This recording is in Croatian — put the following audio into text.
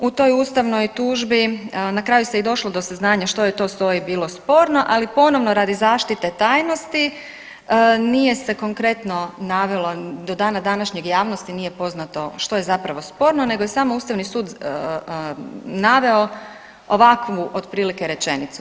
U toj ustavnoj tužbi na kraju se i došlo do saznanja što je to SOA-i bilo sporno, ali ponovno radi zaštite tajnosti nije se konkretno navelo, do dana današnjeg javnosti nije poznato što je zapravo sporno nego je samo Ustavni sud naveo ovakvu otprilike rečenicu.